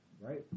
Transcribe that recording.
Right